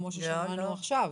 כמו ששמענו עכשיו.